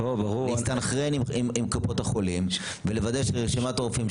להסתנכרן עם קופות החולים ולוודא שרשימת הרופאים,